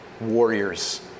warrior's